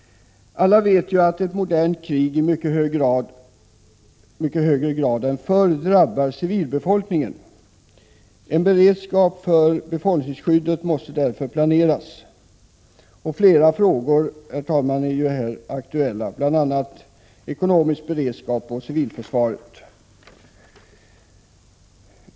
Alla vet att ett modernt krig i mycket högre grad än förr drabbar civilbefolkningen. En beredskap för befolkningsskyddet måste därför planeras. Här är flera frågor aktuella, herr talman, bl.a. den ekonomiska beredskapen och civilförsvaret.